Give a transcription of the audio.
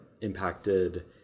impacted